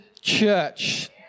church